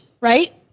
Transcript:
right